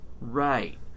Right